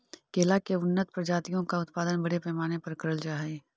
केला की उन्नत प्रजातियों का उत्पादन बड़े पैमाने पर करल जा हई